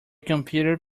computer